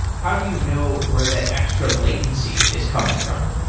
how do you know where that extra latency is coming from?